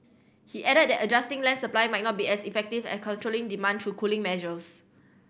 he added that adjusting land supply might not be as effective as controlling demand through cooling measures